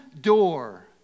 door